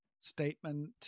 statement